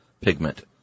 pigment